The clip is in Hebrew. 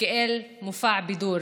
כאל מופע בידור?